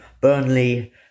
Burnley